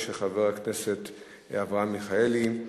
לסדר-היום של חבר הכנסת אברהם מיכאלי,